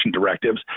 directives